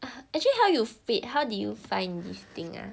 ah actually how you fit how did you find this thing ah